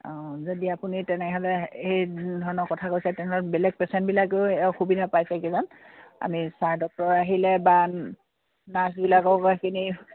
অঁ যদি আপুনি তেনেহ'লে সেই ধৰণৰ কথা কৈছে তেনেহ'লে বেলেগ পেচেণ্টবিলাকেও অসুবিধা পাইছে কিজানি আমি ছাৰ ডক্টৰ আহিলে বা নাৰ্ছবিলাকক এইখিনি